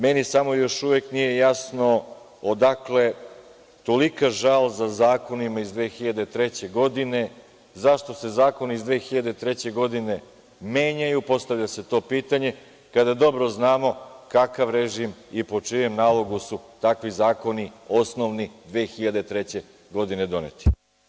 Meni samo još uvek nije jasno odakle tolika žal za zakonima iz 2003. godine, zašto se zakoni iz 2003. godine menjaju, postavlja se to pitanje, kada dobro znamo kakav režim i po čijem nalogu su takvi zakoni osnovni, 2003. godine doneti?